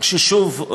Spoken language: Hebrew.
ושוב,